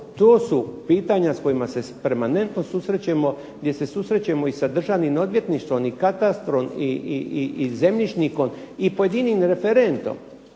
To su pitanja s kojima se permanentno susrećemo, gdje se susrećemo i sa Državnim odvjetništvom i katastrom i zemljišnikom i pojedinim referentom.